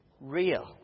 real